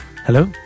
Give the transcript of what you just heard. Hello